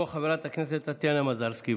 תעלה ותבוא חברת הכנסת טטיאנה מזרסקי.